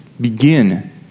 begin